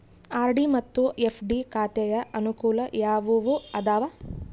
RD ಮತ್ತು FD ಖಾತೆಯ ಅನುಕೂಲ ಯಾವುವು ಅದಾವ?